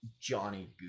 Johnny